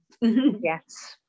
Yes